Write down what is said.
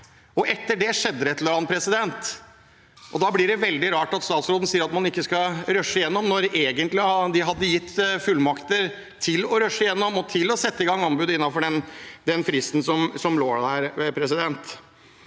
Etter det skjedde det et eller annet. Da blir det veldig rart at statsråden sier at man ikke skal rushe det gjennom, når de egentlig hadde gitt fullmakter til å rushe det gjennom og til å sette i gang anbud innenfor fristen som lå der. Til